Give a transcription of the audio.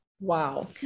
Wow